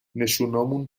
نشونامون